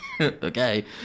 okay